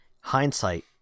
hindsight